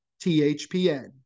THPN